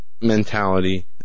mentality